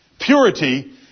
Purity